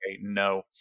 no